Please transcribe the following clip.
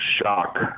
shock